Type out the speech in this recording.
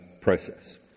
process